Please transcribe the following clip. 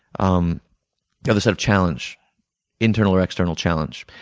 um the other side of challenge internal or external challenge.